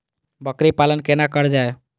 बकरी पालन केना कर जाय?